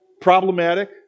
Problematic